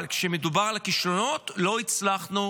אבל כשמדובר על כישלונות, לא הצלחנו